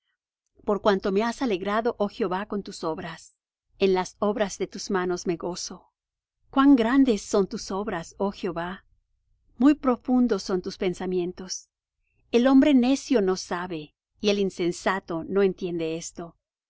por cuanto me has alegrado oh jehová con tus obras en las obras de tus manos me gozo cuán grandes son tus obras oh jehová muy profundos son tus pensamientos el hombre necio no sabe y el insensato no entiende esto que